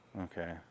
okay